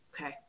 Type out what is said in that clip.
Okay